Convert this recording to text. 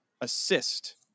assist